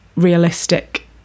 realistic